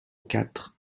quatre